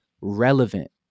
relevant